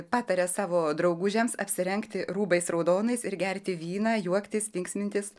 pataria savo draugužiams apsirengti rūbais raudonais ir gerti vyną juoktis linksmintis